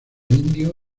indio